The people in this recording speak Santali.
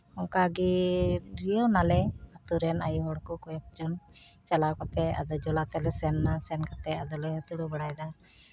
ᱚᱱᱠᱟᱜᱮ ᱨᱤᱭᱟᱹᱣ ᱱᱟᱞᱮ ᱟᱛᱳ ᱨᱮᱱ ᱟᱭᱳ ᱦᱚᱲ ᱠᱚ ᱠᱚᱭᱮᱠ ᱡᱚᱱ ᱪᱟᱞᱟᱣ ᱠᱟᱛᱮ ᱟᱫᱚ ᱡᱚᱞᱟ ᱛᱮᱞᱮ ᱥᱮᱱ ᱮᱱᱟ ᱥᱮᱱ ᱠᱟᱛᱮ ᱟᱫᱚᱞᱮ ᱦᱟᱹᱛᱲᱟᱹᱣ ᱵᱟᱲᱟᱭᱮᱫᱟ